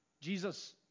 Jesus